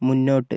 മുന്നോട്ട്